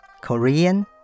Korean